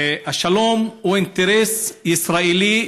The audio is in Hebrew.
השלום הוא אינטרס ישראלי,